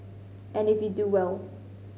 and if you do well